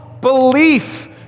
belief